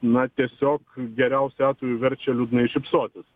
na tiesiog geriausiu atveju verčia liūdnai šypsotis